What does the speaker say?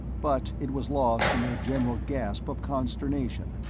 but it was lost in a general gasp of consternation,